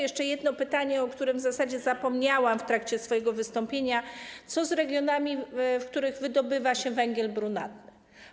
Jeszcze jedno pytanie, o którym w zasadzie zapomniałam w trakcie swojego wystąpienia: Co z regionami, w których wydobywa się węgiel brunatny?